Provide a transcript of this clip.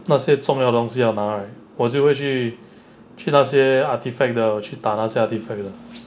那些重要的东西要拿 right 我就会去去那些 artefact 的去打那些 artefact 的